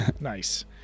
Nice